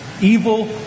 evil